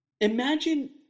Imagine